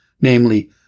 namely